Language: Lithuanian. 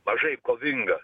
mažai kovinga